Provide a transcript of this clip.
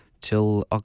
till